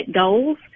goals